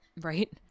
Right